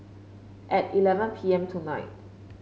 at eleven P M tonight